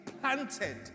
planted